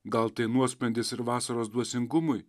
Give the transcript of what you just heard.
gal tai nuosprendis ir vasaros dvasingumui